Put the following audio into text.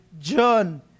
john